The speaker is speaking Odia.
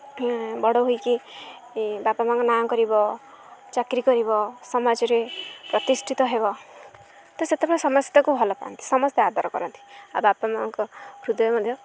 ବଡ଼ ହୋଇକି ବାପା ମା'ଙ୍କ ନାଁ କରିବ ଚାକିରି କରିବ ସମାଜରେ ପ୍ରତିଷ୍ଠିତ ହେବ ତ ସେତେବେଳେ ସମସ୍ତେ ତାକୁ ଭଲପାଆନ୍ତି ସମସ୍ତେ ଆଦର କରନ୍ତି ଆଉ ବାପା ମାଆଙ୍କ ହୃଦୟ ମଧ୍ୟ